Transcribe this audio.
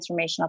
transformational